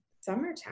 summertime